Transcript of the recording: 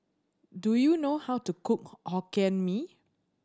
do you know how to cook Hokkien Mee